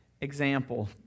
example